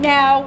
Now